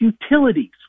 utilities